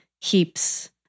heaps